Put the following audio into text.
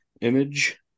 image